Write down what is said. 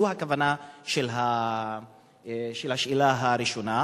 זאת הכוונה של השאלה הראשונה,